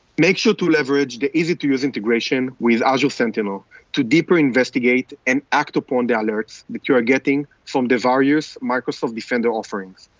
make sure to leverage the easy-to-use integration with azure sentinel to deeper investigate and act upon the alerts that you're getting from the various microsoft defender offerings,